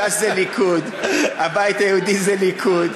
ש"ס זה ליכוד, הבית היהודי זה ליכוד,